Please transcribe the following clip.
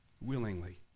willingly